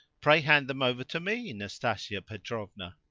pray hand them over to me, nastasia petrovna.